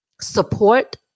support